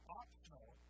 optional